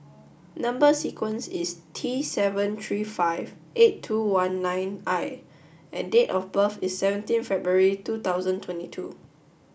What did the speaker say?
number sequence is T seven three five eight two one nine I and date of birth is seventeen February two thousand twenty two